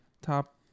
top